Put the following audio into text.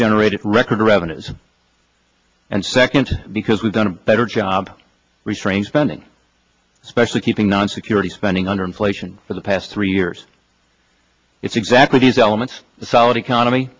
generated record revenues and second because we've done a better job restrain spending especially keeping non security spending under inflation for the past three years it's exactly these elements solid economy